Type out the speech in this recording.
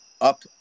up –